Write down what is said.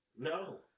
No